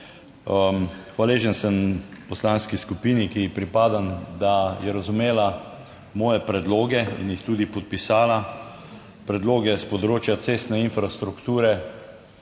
Hvaležen sem poslanski skupini, ki ji pripadam, da je razumela moje predloge in jih tudi podpisala predloge s področja cestne infrastrukture.